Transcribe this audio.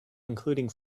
including